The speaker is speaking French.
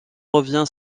revient